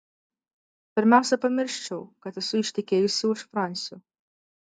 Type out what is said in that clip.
pirmiausia pamirščiau kad esu ištekėjusi už fransio